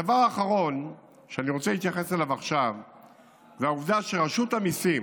הדבר האחרון שאני רוצה להתייחס אליו עכשיו זה העובדה שרשות המיסים,